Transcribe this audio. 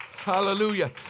Hallelujah